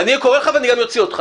אני קורא לך ואני גם אוציא אותך.